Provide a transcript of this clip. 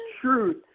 truth